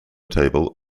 table